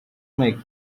make